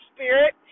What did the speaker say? Spirit